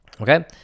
Okay